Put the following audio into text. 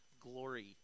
glory